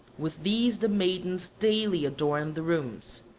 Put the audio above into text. with these the maidens daily adorned the rooms.